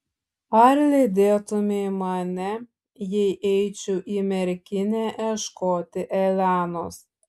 ar lydėtumei mane jei eičiau į merkinę ieškoti elenos